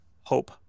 hope